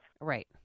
Right